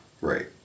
right